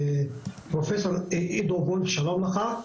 פרופסור עידו וולף שלום לך,